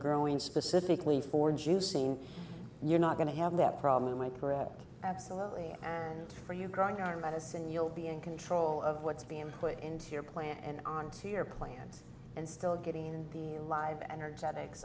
growing specifically for juice scene you're not going to have that problem i correct absolutely and for you growing our medicine you'll be in control of what's being put into your plant and onto your plants and still getting in the alive energetic